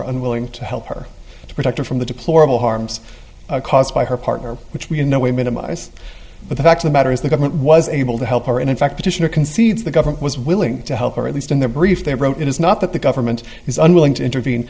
or unwilling to help her to protect her from the deplorable harms caused by her partner which we in no way minimize but the fact the matter is the government was able to help her and in fact petitioner concedes the government was willing to help or at least in their brief they wrote it is not that the government is unwilling to intervene